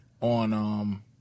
on